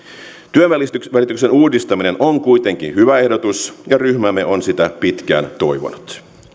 työnvälityksen uudistaminen on kuitenkin hyvä ehdotus ja ryhmämme on sitä pitkään toivonut